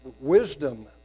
wisdom